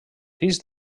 fills